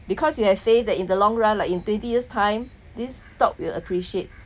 because you have faith that in the long run like in twenty years time this stock will appreciate